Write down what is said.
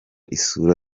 isura